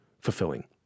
fulfilling